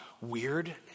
weird